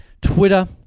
Twitter